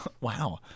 Wow